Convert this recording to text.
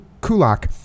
Kulak